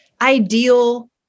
ideal